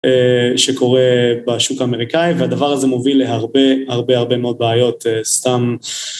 אה שקורה בשוק האמריקאי והדבר הזה מוביל להרבה הרבה מאוד בעיות זה סתם